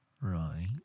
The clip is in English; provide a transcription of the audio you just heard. Right